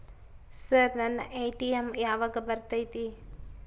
Sir ನನ್ನ ATM ಯಾವಾಗ ಬರತೈತಿ?